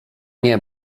nie